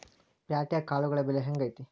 ಪ್ಯಾಟ್ಯಾಗ್ ಕಾಳುಗಳ ಬೆಲೆ ಹೆಂಗ್ ಐತಿ?